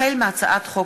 החל בהצעת חוק